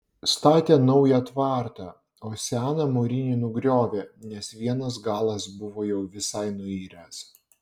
statė naują tvartą o seną mūrinį nugriovė nes vienas galas buvo jau visai nuiręs